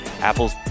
Apple's